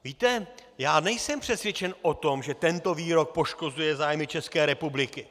Víte, já nejsem přesvědčen o tom, že tento výrok poškozuje zájmy České republiky.